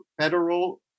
Federal